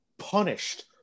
punished